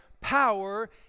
power